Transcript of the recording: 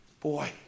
Boy